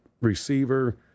receiver